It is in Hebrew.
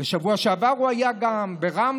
בשבוע שעבר הוא גם היה ברמלה,